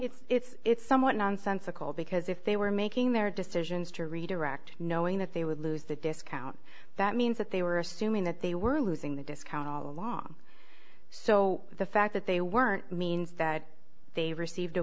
true it's somewhat nonsensical because if they were making their decisions to redirect knowing that they would lose the discount that means that they were assuming that they were losing the discount all along so the fact that they weren't means that they received a